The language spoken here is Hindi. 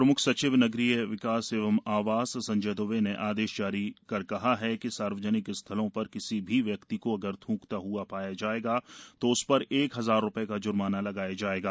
प्रम्ख सचिव नगरीय विकास एवं आवास संजय द्बे ने आदेश जारी कर कहा है कि सार्वजनिक स्थलों पर किसी भी व्यक्ति को अगर थ्रकता हआ पाया जायेगा तो उस पर एक हजार रूपये का जर्माना लगाया जाएगा